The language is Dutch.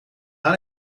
aan